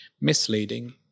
misleading